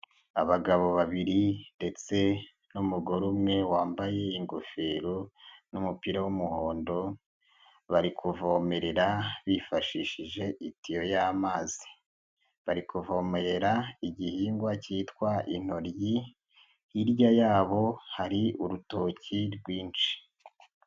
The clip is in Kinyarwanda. Abagabo babiri ndetse n'umugore umwe wambaye ingofero n'umupira w'umuhondo, bari kuvomerera bifashishije itiyo y'amazi. Bari kuvomerera igihingwa cyitwa intoyi, hirya yabo hari urutoki rwinshi.